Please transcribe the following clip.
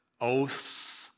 oaths